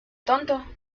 tonto